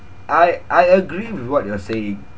I I agree with what you are saying